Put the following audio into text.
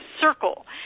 circle